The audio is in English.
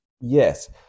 Yes